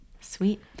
Sweet